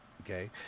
Okay